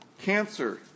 cancer